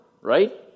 Right